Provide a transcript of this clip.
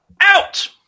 out